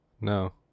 No